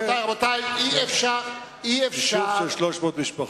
יישוב של 300 משפחות.